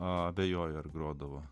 abejoju ar grodavo